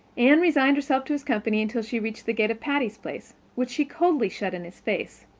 anne resigned herself to his company until she reached the gate of patty's place, which she coldly shut in his face,